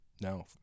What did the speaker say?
No